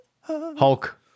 Hulk